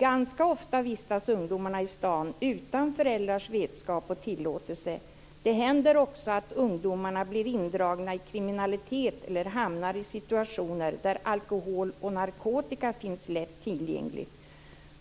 Ganska ofta vistas ungdomarna i staden utan föräldrars vetskap och tillåtelse. Det händer också att ungdomarna blir indragna i kriminalitet eller hamnar i situationer där alkohol och narkotika finns lätt tillgängligt.